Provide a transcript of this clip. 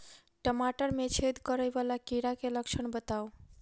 टमाटर मे छेद करै वला कीड़ा केँ लक्षण बताउ?